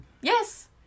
Yes